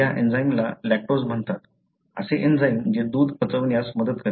या एंजाइमला लॅक्टोज म्हणतात असे एंजाइम जे दूध पचवण्यास मदत करते